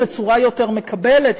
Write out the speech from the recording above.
בצורה יותר מקבלת,